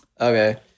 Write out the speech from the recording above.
okay